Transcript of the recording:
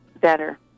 better